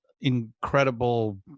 incredible